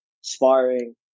sparring